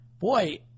boy